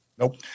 Nope